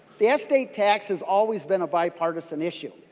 the state taxes always been a bipartisan issue.